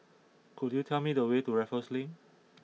could you tell me the way to Raffles Link